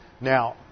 Now